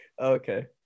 Okay